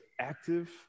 active